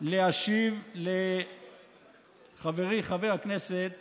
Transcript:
להשיב לחברי חבר הכנסת